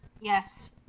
Yes